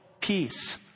peace